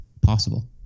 possible